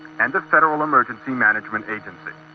and the federal emergency management agency.